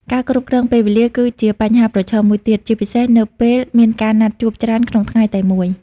ការគ្រប់គ្រងពេលវេលាគឺជាបញ្ហាប្រឈមមួយទៀត ជាពិសេសនៅពេលមានការណាត់ជួបច្រើនក្នុងថ្ងៃតែមួយ។